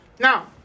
Now